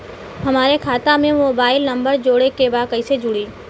हमारे खाता मे मोबाइल नम्बर जोड़े के बा कैसे जुड़ी?